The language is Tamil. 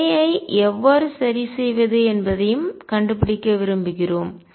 K ஐ எவ்வாறு சரிசெய்வது என்பதையும் கண்டுபிடிக்க விரும்புகிறோம்